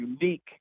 unique